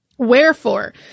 Wherefore